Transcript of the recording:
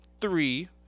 three